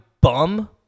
bum